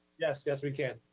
yes. yes, we can.